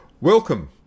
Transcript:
Welcome